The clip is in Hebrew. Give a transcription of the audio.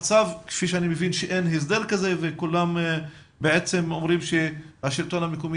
אני מבין שאין הסדר כזה וכולם אומרים שהשלטון המקומי